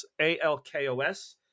A-L-K-O-S